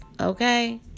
okay